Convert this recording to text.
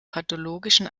pathologischen